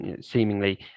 seemingly